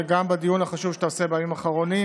וגם בדיון החשוב שאתה עושה בימים האחרונים